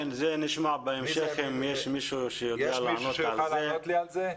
כן, נשמע בהמשך אם יש מישהו שיודע לענות על זה.